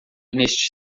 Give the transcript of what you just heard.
neste